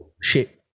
shape